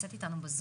נמצאת איתנו בזום.